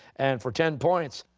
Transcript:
and for ten points,